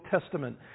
Testament